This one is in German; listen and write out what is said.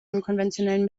unkonventionellen